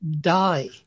die